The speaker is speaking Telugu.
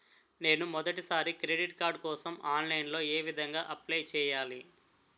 నేను మొదటిసారి క్రెడిట్ కార్డ్ కోసం ఆన్లైన్ లో ఏ విధంగా అప్లై చేయాలి?